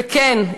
וכן,